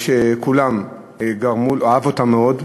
וכולם, הוא אהב אותם מאוד,